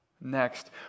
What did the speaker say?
next